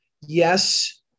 Yes